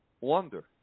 wonder